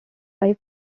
five